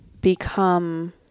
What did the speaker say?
become